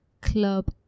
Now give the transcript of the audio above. Club